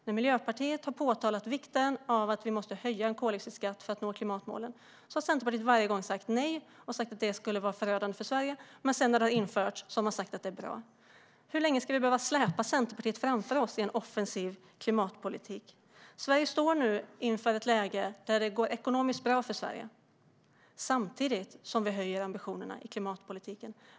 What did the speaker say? När Miljöpartiet har påpekat att vi måste höja koldioxidskatten för att nå klimatmålen har Centerpartiet varje gång sagt nej och menat att detta skulle vara förödande för Sverige, men när det väl har införts har man i stället sagt att det är bra. Hur länge ska vi behöva släpa Centerpartiet framför oss i en offensiv klimatpolitik? Vi har nu ett läge där det går ekonomiskt bra för Sverige, samtidigt som vi höjer ambitionerna i klimatpolitiken.